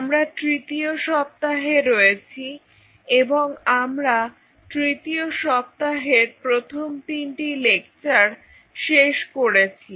আমরা তৃতীয় সপ্তাহে রয়েছি এবং আমরা তৃতীয় সপ্তাহের প্রথম তিনটি লেকচার শেষ করেছি